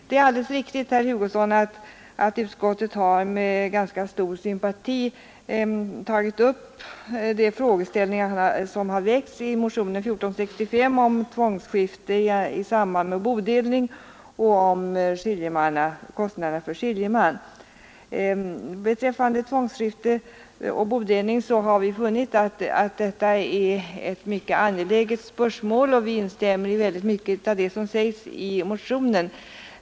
Det är alldeles riktigt, herr Hugosson, att utskottet med ganska stor sympati har behandlat de frågeställningar som tagits upp i motionen 1465 om tvångsskifte i samband med bodelning och om kostnaden för skiljeman. Beträffande tvångsskifte och bodelning har vi inom utskottet funnit att detta är ett mycket angeläget spörsmål. Vi instämmer i väldigt mycket av det som sägs i motionen.